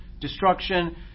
Destruction